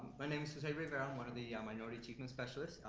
my name is jose rivera, i'm one of the minority achievement specialists.